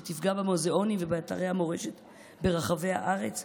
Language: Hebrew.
שיפגע במוזיאונים ובאתרי המורשת ברחבי הארץ,